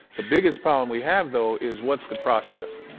the biggest problem we have, though, is what's the process?